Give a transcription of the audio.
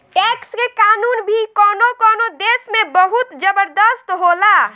tax के कानून भी कवनो कवनो देश में बहुत जबरदस्त होला